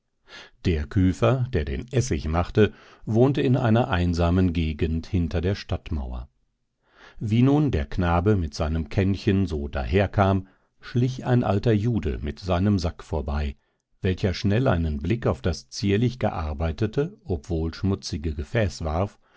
der küfer der den essig machte wohnte in einer einsamen gegend hinter der stadtmauer wie nun der knabe mit seinem kännchen so daherkam schlich ein alter jude mit seinem sack vorbei welcher schnell einen blick auf das zierlich gearbeitete obwohl schmutzige gefäß warf